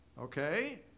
Okay